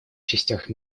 частях